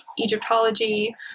Egyptology